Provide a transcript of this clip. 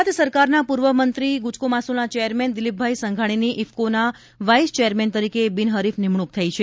ગુજરાત સરકારના પૂર્વમંત્રી ગુજકો માસોલના ચેરમેન દિલીપભાઈ સંઘાણીની ઇફકોના વાઇસ ચેરમેન તરીકે બિનહરીફ નિમણુક થઇ છે